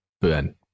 Ben